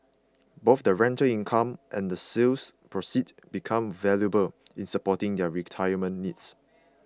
both the rental income and the sale proceeds become valuable in supporting their retirement needs